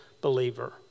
believer